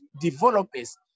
developers